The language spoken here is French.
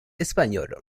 espagnol